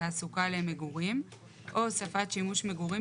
היצע מגורים ולא מצליחים לאכלס את המגורים,